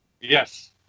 Yes